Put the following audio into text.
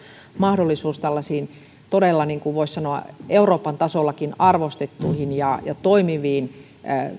mahdollisuus tällaisiin todella voisi sanoa euroopan tasollakin arvostettuihin ja toimiviin